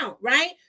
right